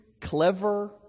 clever